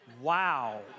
Wow